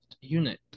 unit